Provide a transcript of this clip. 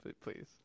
please